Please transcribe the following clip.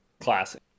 Classic